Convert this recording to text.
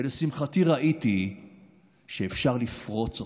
ולשמחתי ראיתי שאפשר לפרוץ אותה.